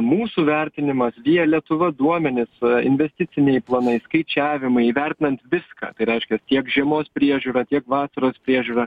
mūsų vertinimas via lietuva duomenys investiciniai planai skaičiavimai įvertinant viską tai reiškia tiek žiemos priežiūra tiek vasaros priežiūra